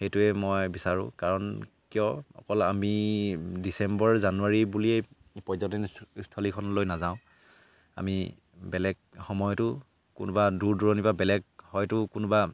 সেইটোৱই মই বিচাৰোঁ কাৰণ কিয় অকল আমি ডিচেম্বৰ জানুৱাৰী বুলিয়েই পৰ্যটনস্থলীখনলৈ নাযাওঁ আমি বেলেগ সময়তো কোনোবা দূৰ দূৰণি বা বেলেগ হয়তো কোনোবা